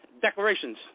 declarations